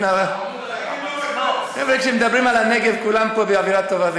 חבר'ה, כשמדברים על הנגב כולם פה באווירה טובה.